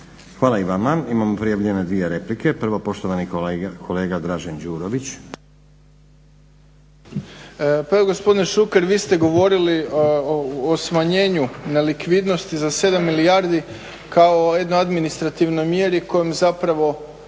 Hvala i vama. Imamo prijavljene dvije replike. Prvo poštovani kolega Dražen Đurović.